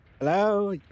Hello